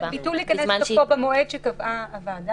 "הביטול ייכנס לתוקפו במועד שבו קבעה הוועדה"?